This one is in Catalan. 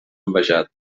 envejat